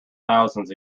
thousands